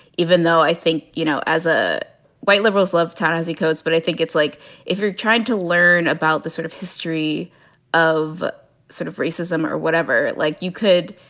even though i think, you know, as a white liberals love tara as he goes. but i think it's like if you're trying to learn about the sort of history of sort of racism or whatever, like you could,